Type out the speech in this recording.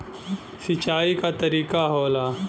सिंचाई क तरीका होला